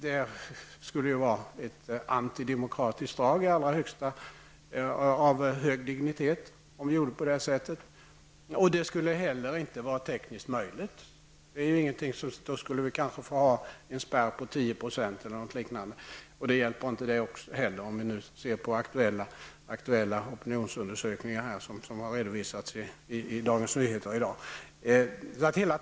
Det skulle vara ett antidemokratiskt drag av hög dignitet om vi gjorde detta. Det skulle inte heller vara tekniskt möjligt. Då skulle vi kanske få ha en spärr på 10 % eller något liknande. Inte heller det hjälper, att döma av aktuella opinionsundersökningar som har redovisats i Dagens Nyheter i dag.